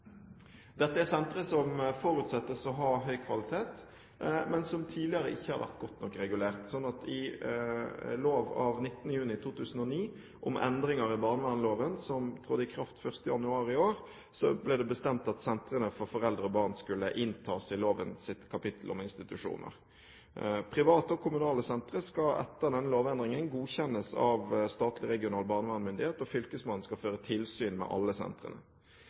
Dette er sentre som forutsettes å ha høy kvalitet, men som tidligere ikke har vært godt nok regulert. I lov av 19. juni 2009 om endringer i barnevernsloven, som trådte i kraft 1. januar i år, ble det bestemt at sentrene for foreldre og barn skulle inntas i lovens kapittel om institusjoner. Private og kommunale sentre skal etter lovendringen godkjennes av statlig regional barnevernsmyndighet, og fylkesmannen skal føre tilsyn med alle sentrene.